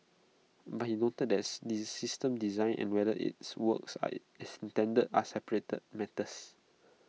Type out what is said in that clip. but he noted that's this system's design and whether its works as intended are separate matters